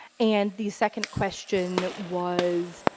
and the second question was,